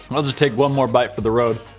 i'll just take one more bite for the road